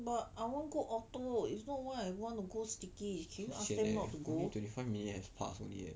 very sian leh only twenty five minutes have past only leh